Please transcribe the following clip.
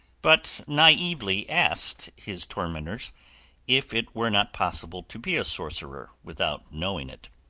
but naively asked his tormentors if it were not possible to be a sorcerer without knowing it.